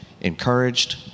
encouraged